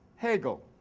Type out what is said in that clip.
hegel.